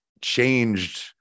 changed